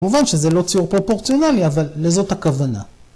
‫מובן שזה לא ציור פרופורציונלי, ‫אבל לזאת הכוונה.